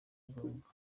ngombwa